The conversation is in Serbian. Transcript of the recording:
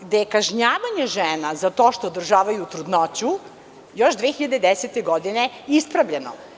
gde je kažnjavanje žena za to što održavaju trudnoću još 2010. godine ispravljeno.